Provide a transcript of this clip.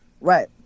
Right